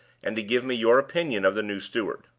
and to give me your opinion of the new steward.